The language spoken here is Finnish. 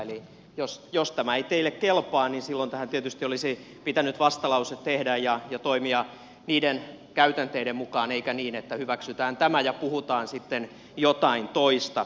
eli jos tämä ei teille kelpaa niin silloin tähän tietysti olisi pitänyt vastalause tehdä ja toimia niiden käytänteiden mukaan eikä niin että hyväksytään tämä ja puhutaan sitten jotain toista